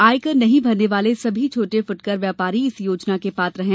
आयकार नहीं भरने वाले सभी छोटे फूटकर व्यापारी इस योजना के पात्र है